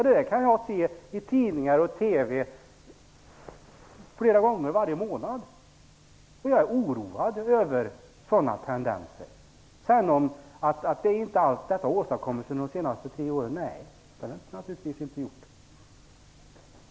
Det kan jag se i tidningar och TV flera gånger varje månad. Jag är oroad över sådana tendenser. Allt detta har inte åstadkommits under de senaste tre åren -- nej, naturligtvis inte.